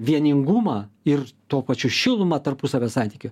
vieningumą ir tuo pačiu šilumą tarpusavio santykių